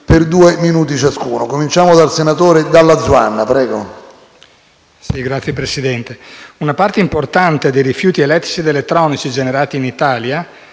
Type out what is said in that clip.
una parte importante dei rifiuti elettrici ed elettronici generati in Italia